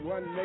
One